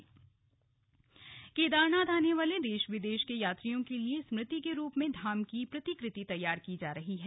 केदारनाथ की स्मृति केदारनाथ आने वाले देश विदेश के यात्रियों के लिए स्मृति के रूप में धाम की प्रतिकृति तैयार की जा रही है